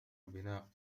البناء